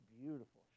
beautiful